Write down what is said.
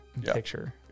picture